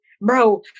Bro